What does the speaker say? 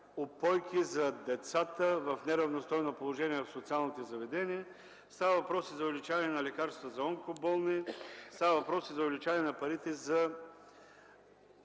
упойки); за деца в неравностойно положение в социалните заведения; за увеличаване на лекарствата за онкоболни – става въпрос и за увеличение на парите за